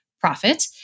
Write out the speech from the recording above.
Profit